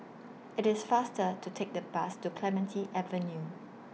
IT IS faster to Take The Bus to Clementi Avenue